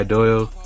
Doyle